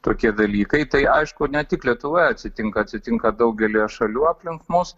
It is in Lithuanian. tokie dalykai tai aišku ne tik lietuvoje atsitinka atsitinka daugelyje šalių aplink mus